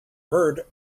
heard